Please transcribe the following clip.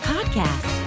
Podcast